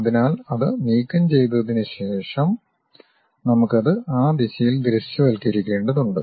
അതിനാൽ അത് നീക്കം ചെയ്തതിനുശേഷം നമുക്ക് അത് ആ ദിശയിൽ ദൃശ്യവൽക്കരിക്കേണ്ടതുണ്ട്